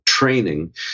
Training